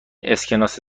اسکناس